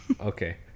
Okay